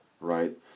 Right